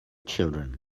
children